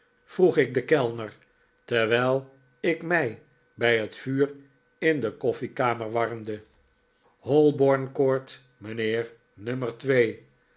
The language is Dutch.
vroeg ik den kellner terwijl ik mij bij het vuur in de koffiekamer warmde holborn court mijnheer nummer